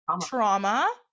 trauma